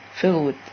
filled